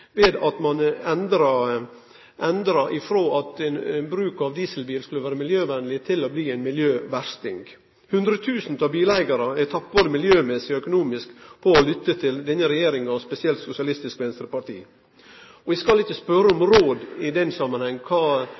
ved at det har skjedd ei endring frå at bruk av dieselbil skulle vere miljøvennleg til at det har blitt ein miljøversting. 100 000 bileigarar har tapt både miljømessig og økonomisk på å lytte til denne regjeringa, og spesielt til Sosialistisk Venstreparti. Eg skal ikkje spørje om kva råd